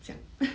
讲